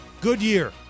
Goodyear